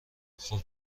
خوب